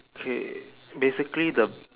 okay basically the